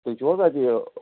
تُہۍ چھُ حظ اَتہِ یہِ